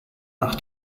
nach